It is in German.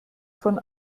von